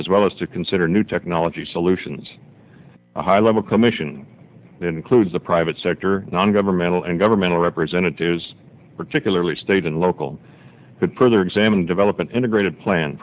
as well as to consume new technology solutions a high level commission includes the private sector non governmental and governmental representatives particularly state and local printer examine develop an integrated plan